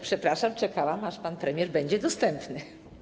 Przepraszam, czekałam, aż pan premier będzie dostępny.